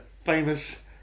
famous